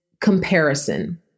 comparison